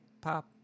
pop